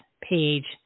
page